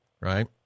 Right